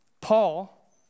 Paul